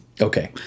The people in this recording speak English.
Okay